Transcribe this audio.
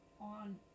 on